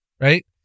right